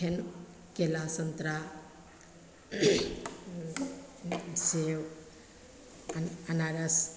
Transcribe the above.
फेर केला सन्तरा सेब अना अनारस